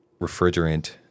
refrigerant